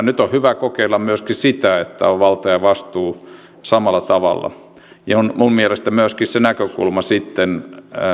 nyt on hyvä kokeilla myöskin sitä että on valta ja vastuu samalla taholla ja minun mielestäni on myöskin se näkökulma sitten